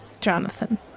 jonathan